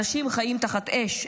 אנשים חיים תחת אש,